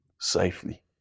safely